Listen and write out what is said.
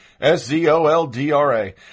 S-Z-O-L-D-R-A